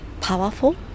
powerful